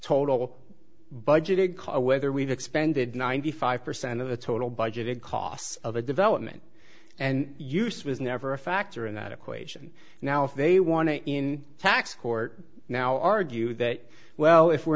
total budget call whether we've expended ninety five percent of the total budgeted costs of a development and use was never a factor in that equation now if they want to in tax court now argue that well if we're